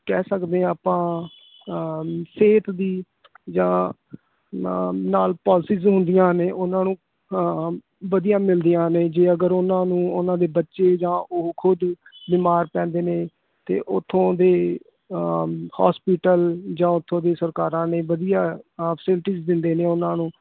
ਕਹਿ ਸਕਦੇ ਆਪਾਂ ਸਿਹਤ ਦੀ ਜਾਂ ਨਾ ਨਾਲ ਪੋਲਸਿਜ ਹੁੰਦੀਆਂ ਨੇ ਉਹਨਾਂ ਨੂੰ ਹਾਂ ਵਧੀਆ ਮਿਲਦੀਆਂ ਨੇ ਜੇ ਅਗਰ ਉਹਨਾਂ ਨੂੰ ਉਹਨਾਂ ਦੇ ਬੱਚੇ ਜਾਂ ਉਹ ਖੁਦ ਬਿਮਾਰ ਪੈਂਦੇ ਨੇ ਤਾਂ ਉੱਥੋਂ ਦੇ ਹੋਸਪੀਟਲ ਜਾਂ ਉੱਥੋਂ ਦੀ ਸਰਕਾਰਾਂ ਨੇ ਵਧੀਆ ਆ ਫੈਸਿਲਟੀਜ਼ ਦਿੰਦੇ ਨੇ ਉਹਨਾਂ ਨੂੰ